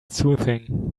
soothing